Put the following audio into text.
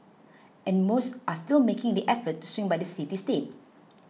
and most are still making the effort to swing by the city state